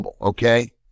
okay